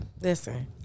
Listen